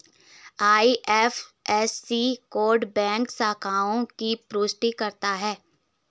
IFSC code bank शाखाओं की पुष्टि करता है